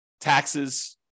taxes